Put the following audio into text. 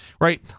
right